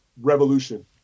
revolution